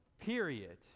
period